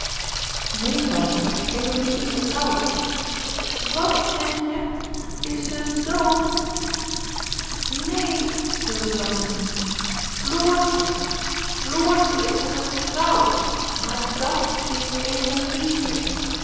neen tante emilie is getrouwd wat zeg je is ze dood neen schreeuwde tante tien floortje floortje is getrouwd maar dàt is